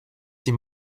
die